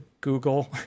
google